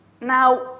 Now